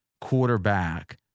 quarterback